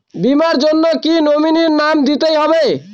বীমার জন্য কি নমিনীর নাম দিতেই হবে?